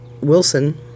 Wilson